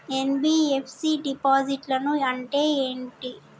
NBFC డిపాజిట్లను అంటే ఏంటి?